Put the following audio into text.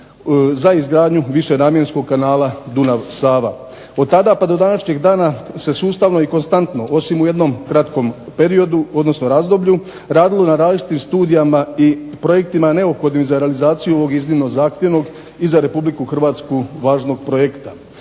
za izgradnju višenamjenskog kanala Dunav-Sava. Od tada pa do današnjeg dana se sustavno i konstantno, osim u jednom kratkom periodu, odnosno razdoblju, radilo na različitim studijama i projektima neophodnim za realizaciju ovog iznimno zahtjevnog i za Republiku Hrvatsku važnog projekta.